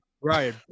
Ryan